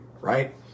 right